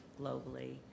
globally